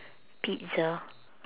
pizza